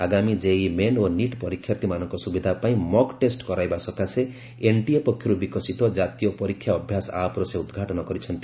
ଆଗାମୀ JEE main ଓ NEET ପରୀକ୍ଷାର୍ଥୀମାନଙ୍କ ସୁବିଧା ପାଇଁ ମକ୍ ଟେଷ୍ଟ କରାଇବା ସକାଶେ ଏନ୍ଟିଏ ପକ୍ଷରୁ ବିକଶିତ କାତୀୟ ପରୀକ୍ଷା ଅଭ୍ୟାସ ଆପ୍ର ସେ ଉଦ୍ଘାଟନ କରିଛନ୍ତି